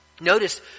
Notice